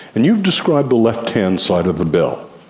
and you've described the left-hand side of the bell,